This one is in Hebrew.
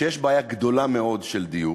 שיש בעיה גדולה מאוד של דיור,